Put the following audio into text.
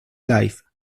life